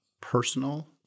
personal